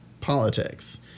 politics